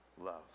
love